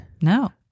No